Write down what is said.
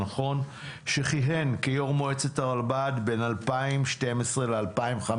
שכיהן כיו"ר מועצת הרלב"ד בין 2012 ל-2015,